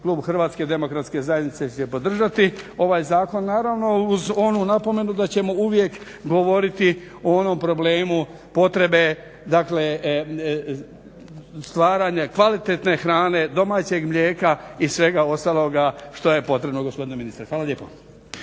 klub Hrvatske demokratske zajednice će podržati ovaj zakon naravno uz onu napomenu da ćemo uvijek govoriti o onom problemu potrebe, dakle stvaranja kvalitetne hrane, domaćeg mlijeka i svega ostaloga što je potrebno gospodine ministre. Hvala lijepo.